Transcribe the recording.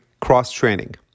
cross-training